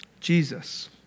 Jesus